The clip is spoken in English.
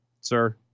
sir